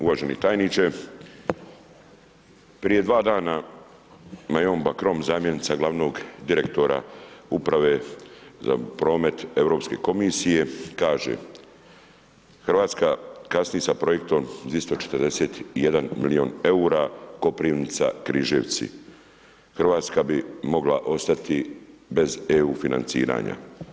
Uvaženi tajniče, prije dva dana Majom Bakran zamjenica glavnog direktora uprave za promet Europske komisije kaže, RH kasni sa projektom 241 milijun EUR-a Koprivnica- Križevci, RH bi mogla ostati bez EU financiranja.